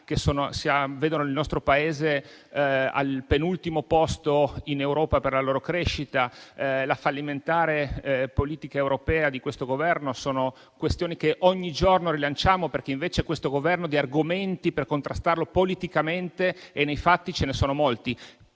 che vedono il nostro Paese al penultimo posto in Europa per la loro crescita e la fallimentare politica europea di questo Governo sono questioni che ogni giorno rilanciamo, perché di argomenti per contrastare politicamente e nei fatti questo Governo